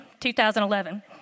2011